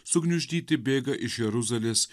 sugniuždyti bėga iš jeruzalės